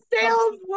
saleswoman